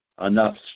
enough